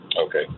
Okay